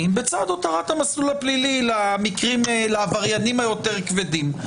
לצד הותרת המסלול הפלילי לעבריינים היותר כבדים.